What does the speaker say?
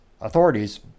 authorities